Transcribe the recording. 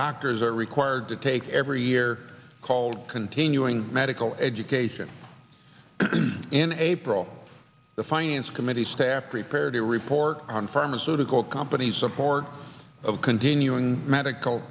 doctors are required to take every year called continuing medical education in april the finance committee staff prepared a report on pharmaceutical companies support of continuing medical